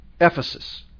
Ephesus